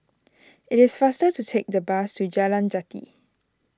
it is faster to take the bus to Jalan Jati